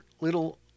little